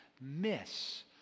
miss